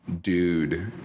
dude